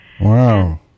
Wow